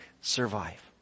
survive